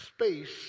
space